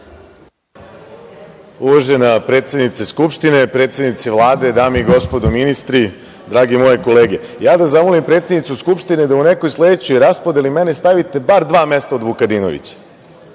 Uvažena predsednice Skupštine, predsednice Vlade, dame i gospodo ministri, drage moje kolege, ja da zamolim predsednicu Skupštine da u nekoj sledećoj raspodeli mene stavite bar dva mesta od Vukadinovića.